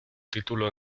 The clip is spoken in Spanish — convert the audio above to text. título